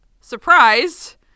surprise